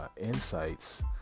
insights